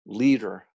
leader